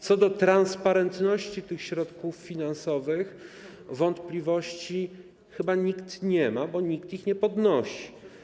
Co do transparentności tych środków finansowych, wątpliwości chyba nikt nie ma, bo nikt ich nie podnosi.